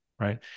right